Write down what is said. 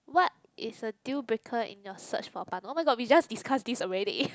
what is a deal breaker in your search for partner oh-my-god we just discuss this already